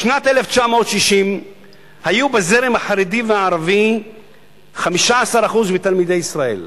בשנת 1960 היו בזרם החרדי והערבי 15% מתלמידי ישראל,